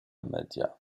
media